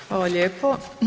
Hvala lijepo.